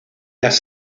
las